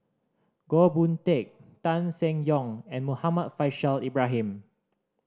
Goh Boon Teck Tan Seng Yong and Muhammad Faishal Ibrahim